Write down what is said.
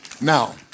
Now